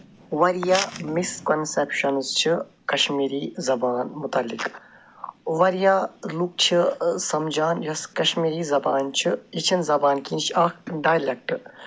واریاہ مِسکَنسٮ۪پشَنٕز چھِ کَشمیٖری زَبان مُتعلِق واریاہ لُکھ چھِ سَمجھان یۄس کَشمیٖری زَبان چھِ یہِ چھَنہٕ زَبان کیٚنٛہہ یہِ چھِ اکھ ڈایلٮ۪کٹ